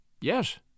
Yes